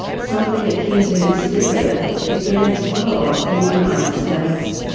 something akin to hysteria began to blow up in the united states.